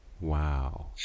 Wow